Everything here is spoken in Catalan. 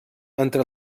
entre